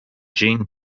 gene